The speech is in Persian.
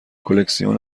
کلکسیون